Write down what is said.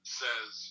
says